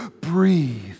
breathe